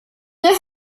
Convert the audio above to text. hör